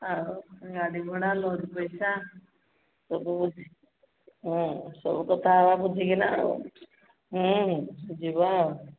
ଆଉ ଗାଡ଼ି ଭଡ଼ା ଲୋନ ପଇସା ସବୁ ବୁଝଁ ହଁ ସବୁ କଥା ହବା ବୁଝିକିନା ଆଉ ହଁ ଯିବ